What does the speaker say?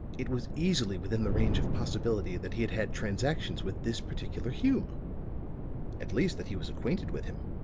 it was easily within the range of possibility that he had had transactions with this particular hume at least that he was acquainted with him.